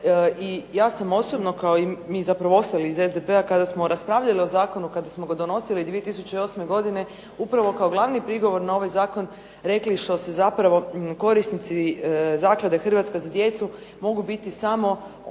I ja sam osobno kao i mi zapravo ostali iz SDP-a kada smo raspravljali o zakonu kada smo ga donosili 2008. godine upravo kao glavni prigovor na ovaj Zakon rekli što se zapravo korisnici zaklade Hrvatska za djecu mogu biti samo